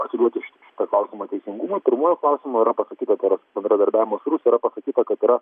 atiduoti šitą klausimą teisingumui pirmuoju klausimu yra pasakyta tai yra bendradarbiavimo su rusija yra pasakyta kad yra